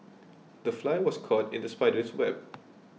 the fly was caught in the spider's web